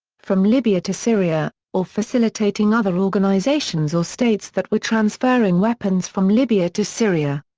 from libya to syria, or facilitating other organizations or states that were transferring weapons from libya to syria.